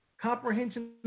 comprehension